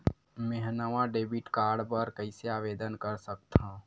मेंहा नवा debit card बर कैसे आवेदन कर सकथव?